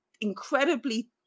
incredibly